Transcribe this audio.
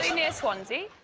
near swansea.